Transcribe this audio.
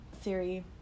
Siri